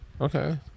okay